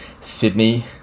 Sydney